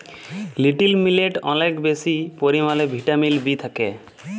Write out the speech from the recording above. little মিলেটে অলেক বেশি পরিমালে ভিটামিল বি থ্যাকে